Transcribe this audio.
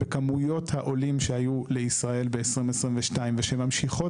בכמויות העולים שהיו לישראל ב- 2022 ושממשיכות